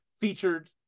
featured